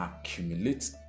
accumulate